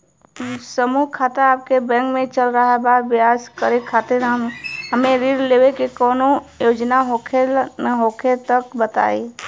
समूह खाता आपके बैंक मे चल रहल बा ब्यवसाय करे खातिर हमे ऋण लेवे के कौनो योजना होखे त बताई?